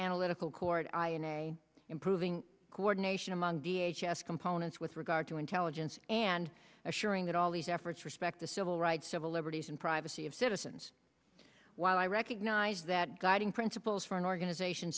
analytical court ion a improving coordination among the a g s components with regard to intelligence and assuring that all these efforts respect the civil rights civil liberties and privacy of citizens while i recognize that guiding principles for an organization